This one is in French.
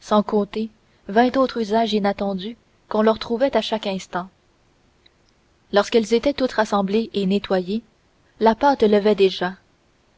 sans compter vingt autres usages inattendus qu'on leur trouvait à chaque instant lorsqu'elles étaient toutes rassemblées et nettoyées la pâte levait déjà